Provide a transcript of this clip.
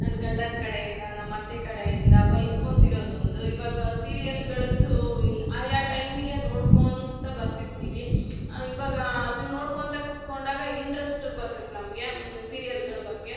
ನನ್ನ ಗಂಡನ ಕಡೆಯಿಂದ ನಮ್ಮ ಅತ್ತೆ ಕಡೆಯಿಂದ ಬಯ್ಸ್ಕೊಂತಿರೋದು ಒಂದು ಇವಾಗ ಸೀರಿಯಲ್ಗಳದ್ದು ಈ ಆಯಾ ಟೈಮಿಗೆ ನೋಡ್ಕೋಂತ ಬರ್ತಿರ್ತೀವಿ ಇವಾಗ ಅದನ್ನು ನೋಡ್ಕೊತ ಕೂತ್ಕೊಂಡಾಗ ಇಂಟ್ರೆಸ್ಟ್ ಬರ್ತಿತ್ತು ನಮ್ಗೆ ಸೀರಿಯಲ್ಗಳ ಬಗ್ಗೆ